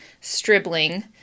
Stribling